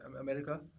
America